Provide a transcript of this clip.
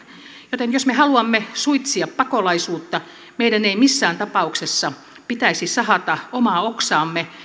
joten jos me haluamme suitsia pakolaisuutta meidän ei missään tapauksessa pitäisi sahata omaa oksaamme